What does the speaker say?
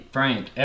Frank